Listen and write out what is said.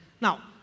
Now